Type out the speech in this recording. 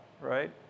right